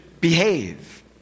behave